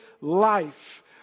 life